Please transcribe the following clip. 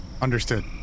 Understood